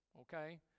okay